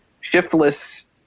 shiftless